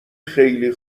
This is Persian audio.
خیلی